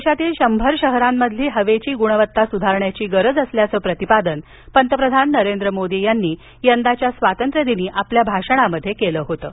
देशातील शंभर शहरांमधील हवेची गुणवत्ता सुधारण्याची गरज असल्याचं प्रतिपादन पंतप्रधान नरेंद्र मोदी यांनी यंदाच्या स्वातंत्र्यदिनी आपल्या भाषणात केलं होतं